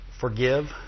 Forgive